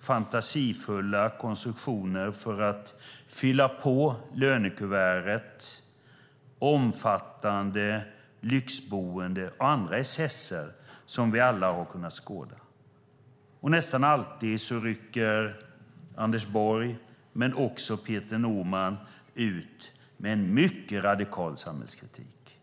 fantasifulla konstruktioner för att fylla på lönekuvertet, omfattande lyxboende och andra excesser som vi alla har kunnat skåda. Nästan alltid rycker Anders Borg men också Peter Norman ut med en mycket radikal samhällskritik.